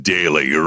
Daily